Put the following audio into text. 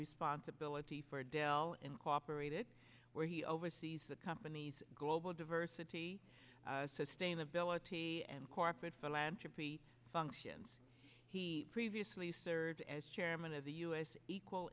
responsibility for dell and cooperated where he oversees the company's global diversity sustainability and corporate philanthropy functions he previously served as chairman of the u s equal